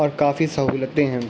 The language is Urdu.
اور کافی سہولتیں ہیں